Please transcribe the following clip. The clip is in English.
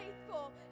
faithful